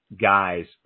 guys